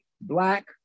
black